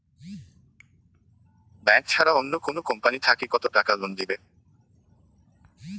Bank ছাড়া অন্য কোনো কোম্পানি থাকি কত টাকা লোন দিবে?